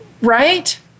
right